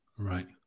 Right